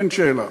אין שאלה,